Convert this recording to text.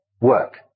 work